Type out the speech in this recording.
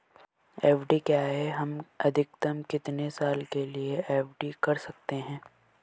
FD क्या है हम अधिकतम कितने साल के लिए एफ.डी कर सकते हैं?